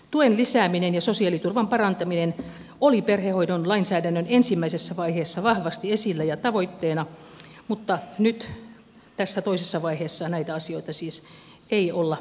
tuen lisääminen ja sosiaaliturvan parantaminen oli perhehoidon lainsäädännön ensimmäisessä vaiheessa vahvasti esillä ja tavoitteena mutta nyt tässä toisessa vaiheessa näitä asioita siis ei olla parantamassa